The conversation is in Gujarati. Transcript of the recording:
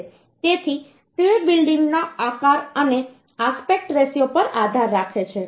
તેથી તે બિલ્ડિંગના આકાર અને આસ્પેક્ટ રેશિયો પર આધાર રાખે છે